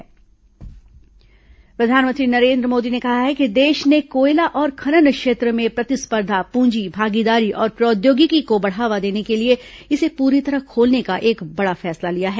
प्रधानमंत्री कोयला नीलामी प्रधानमंत्री नरेन्द्र मोदी ने कहा है कि देश ने कोयला और खनन क्षेत्र में प्रतिस्पर्धा पूंजी भागीदारी और प्रौद्योगिकी को बढ़ावा देने के लिए इसे पूरी तरह खोलने का एक बड़ा फैसला लिया है